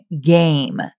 game